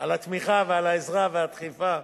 על התמיכה ועל העזרה והדחיפה,